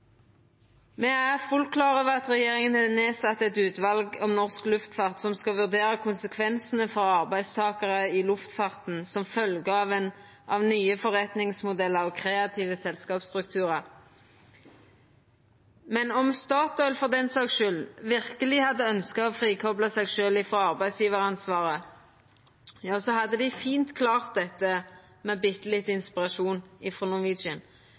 Me er fullt klar over at regjeringa har sett ned eit utval om norsk luftfart som skal vurdera konsekvensane for arbeidstakarar i luftfarten som følgje av nye forretningsmodellar og kreative selskapsstrukturar. Men om Statoil – for den saks skuld – verkeleg hadde ønskt å frikopla seg sjølv frå arbeidsgjevaransvaret, hadde dei fint klart det med bitte litt inspirasjon